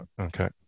Okay